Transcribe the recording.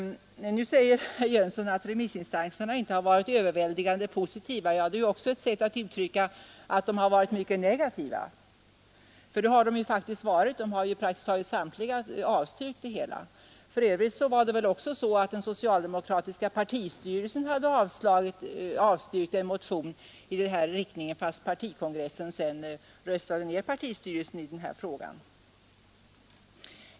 Nu säger herr Jönsson att remissinstanserna inte har varit överväldigande positiva. Ja, det är också ett sätt att uttrycka att de i själva verket varit mycket negativa. Det har de faktiskt varit. Praktiskt taget samtliga har avstyrkt förslaget. För övrigt hade också den socialdemokratiska partistyrelsen avstyrkt en motion i denna riktning fastän partikongressen sedan röstade ned partistyrelsen i denna fråga.